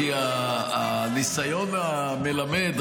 -- כי הניסיון מלמד,